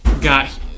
got